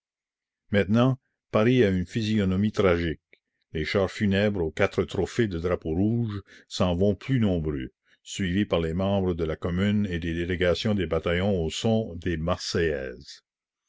maintenant paris a une physionomie tragique les chars funèbres aux quatre trophées de drapeaux rouges s'en vont plus nombreux suivis par les membres de la commune et des délégations des bataillons au son des marseillaises